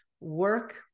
work